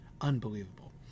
unbelievable